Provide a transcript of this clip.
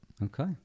Okay